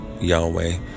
Yahweh